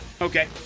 Okay